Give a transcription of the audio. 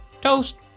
Toast